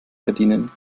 verdienen